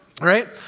right